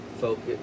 focus